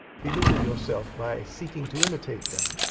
belittle yourself by seeking to imitate them.